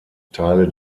teile